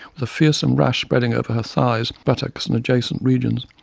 with a fearsome rash spreading over her thighs, buttocks and adjacent regions.